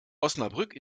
osnabrück